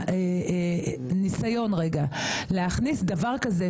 שהניסיון להכניס דבר כזה,